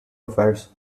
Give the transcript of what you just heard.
affairs